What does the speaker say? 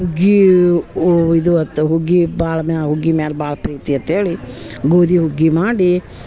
ಹುಗ್ಗಿ ಇದು ಅಂತ್ ಹುಗ್ಗಿ ಭಾಳ ಮ್ಯಾ ಹುಗ್ಗಿ ಮ್ಯಾಲೆ ಭಾಳ ಪ್ರೀತಿ ಅಂತ್ಹೇಳಿ ಗೋಧಿ ಹುಗ್ಗಿ ಮಾಡಿ